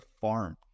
farm